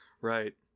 Right